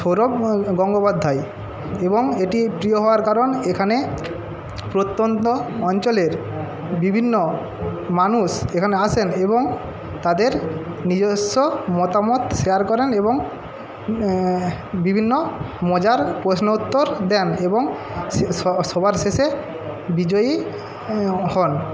সৌরভ গঙ্গোপাধ্যায় এবং এটি প্রিয় হওয়ার কারণ এখানে প্রত্যন্ত অঞ্চলের বিভিন্ন মানুষ এখানে আসেন এবং তাদের নিজস্ব মতামত শেয়ার করেন এবং বিভিন্ন মজার প্রশ্ন উত্তর দেন এবং সবার শেষে বিজয়ী হন